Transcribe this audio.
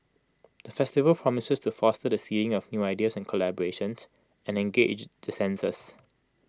the festival promises to foster the seeding of new ideas and collaborations and engage the senses